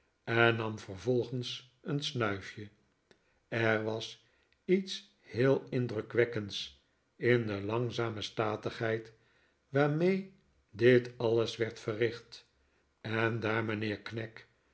en nam vervolgens een snuifje er was iets heel indrukwekkends in de langzame statigheid waarmee dit alles werd verricht en daar mijnheer